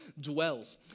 dwells